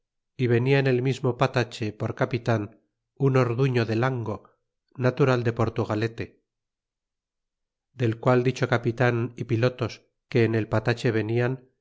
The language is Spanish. y venia en el mismo patache por capitan un ortuño de lango natural de portugalete del qual dicho capitan y pilotos que en el patache venian